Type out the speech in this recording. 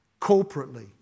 corporately